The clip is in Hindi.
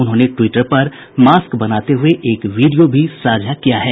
उन्होंने ट्विटर पर मास्क बनाते हुए एक वीडियो भी साझा किया है